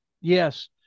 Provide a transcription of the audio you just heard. Yes